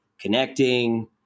connecting